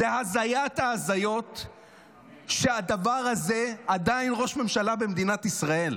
זו הזיית ההזיות שהדבר הזה עדיין ראש ממשלה במדינת ישראל.